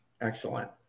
Excellent